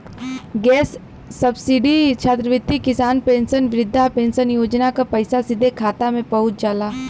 gas subsidy छात्रवृत्ति किसान pension वृद्धा पेंशन योजना क पैसा सीधे खाता में पहुंच जाला